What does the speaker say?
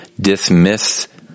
dismiss